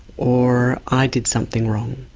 or i did something wrong.